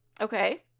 Okay